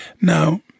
Now